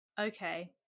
Okay